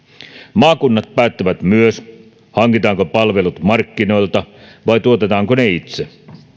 maakunnat päättävät myös hankitaanko palvelut markkinoilta vai tuotetaanko ne itse